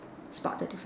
spot the different